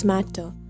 Matter